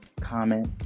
comment